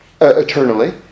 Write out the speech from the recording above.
eternally